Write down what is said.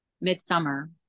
midsummer